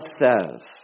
says